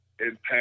impact